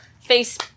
Face